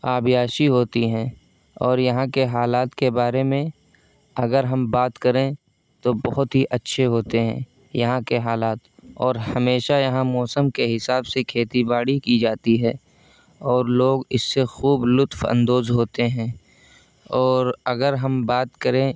آبیاشی ہوتی ہیں اور یہاں کے حالات کے بارے میں اگر ہم بات کریں تو بہت ہی اچھے ہوتے ہیں یہاں کے حالات اور ہمیشہ یہاں موسم کے حساب سے کھیتی باڑی کی جاتی ہے اور لوگ اس سے خوب لطف اندوز ہوتے ہیں اور اگر ہم بات کریں